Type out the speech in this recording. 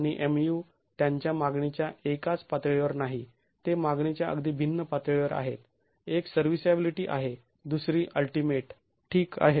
आणि Mu त्यांच्या मागणीच्या एकाच पातळीवर नाही ते मागणीच्या अगदी भिन्न पातळीवर आहेत एक सर्व्हीसॅबिलीटी आहे दुसरी अल्टीमेट ठीक आहे